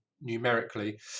numerically